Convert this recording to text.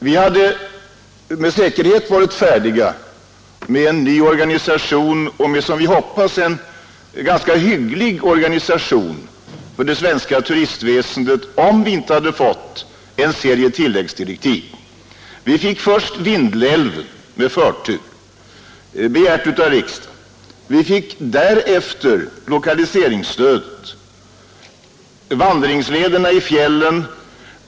Vi hade med säkerhet varit färdiga med förslag till en ny och, som vi hoppas, ganska hygglig organisation för det svenska turistväsendet om vi inte hade fått en serie tilläggsdirektiv. Vi fick först turism i Vindelälven med förtur begärd av riksdagen. Därefter fick vi lokaliseringsstödet och vandringslederna i fjällen.